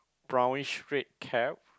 brownish red cap